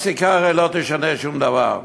הפסיקה הרי לא תשנה שום דבר,